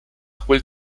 quel